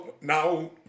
now